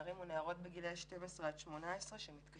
נערים ונערות בגילאי 12 עד 18 שמתקשים